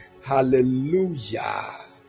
hallelujah